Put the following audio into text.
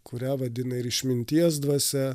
kurią vadina ir išminties dvasia